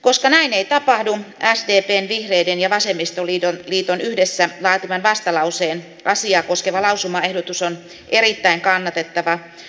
koska näin ei tapahdu sdpn vihreiden ja vasemmistoliiton yhdessä laatiman vastalauseen asiaa koskeva lausumaehdotus on erittäin kannatettava